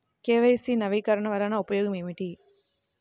KYC నవీకరణ వలన ఉపయోగం ఏమిటీ?